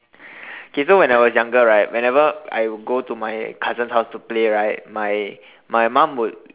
okay so when I was younger right whenever I'll go to my cousin's house to play right my my mum would